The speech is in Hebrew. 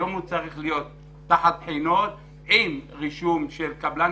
היום הוא צריך לעמוד בבחינות כולל רישום של קבלן